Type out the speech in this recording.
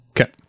Okay